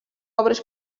obres